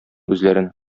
үзләрен